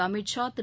Amit Shah Thiru